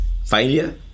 Failure